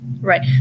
Right